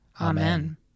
Amen